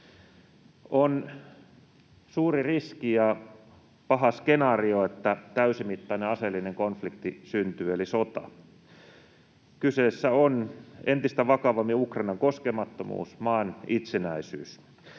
On suuri riski ja paha skenaario, että syntyy täysimittainen aseellinen konflikti eli sota. Kyseessä on entistä vakavammin Ukrainan koskemattomuus, maan itsenäisyys.